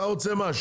אז אתה רוצה מה?